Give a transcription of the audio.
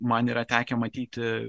man yra tekę matyti